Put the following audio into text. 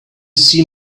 see